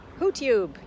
Hootube